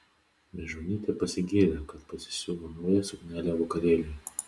mežonytė pasigyrė kad pasisiuvo naują suknelę vakarėliui